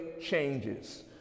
Changes